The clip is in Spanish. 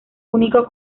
único